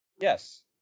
Yes